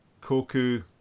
Koku